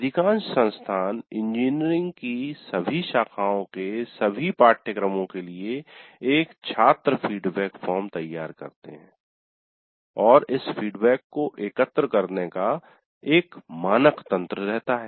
अधिकांश संस्थान इंजीनियरिंग की सभी शाखाओं के सभी पाठ्यक्रमों के लिए एक छात्र फीडबैक फॉर्म तैयार करते हैं और इस फीडबैक को एकत्र करने का एक मानक तंत्र रहता है